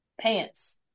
pants